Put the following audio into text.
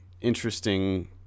interesting